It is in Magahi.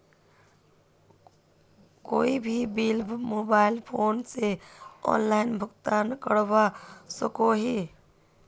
कोई भी बिल मोबाईल फोन से ऑनलाइन भुगतान करवा सकोहो ही?